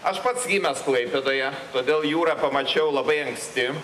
aš pats gimęs klaipėdoje todėl jūrą pamačiau labai anksti